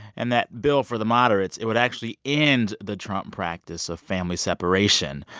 and that bill for the moderates it would actually end the trump practice of family separation.